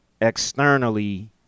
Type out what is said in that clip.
externally